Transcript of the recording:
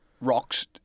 rocks